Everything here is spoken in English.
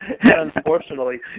unfortunately